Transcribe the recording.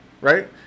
right